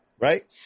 Right